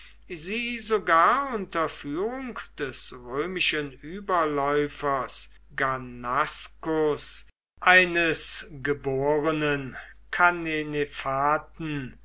sie sogar unter führung des römischen überläufers gannascus eines geborenen